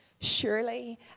Surely